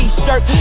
T-shirt